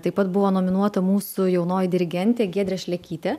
taip pat buvo nominuota mūsų jaunoji dirigentė giedrė šlekytė